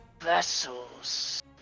vessels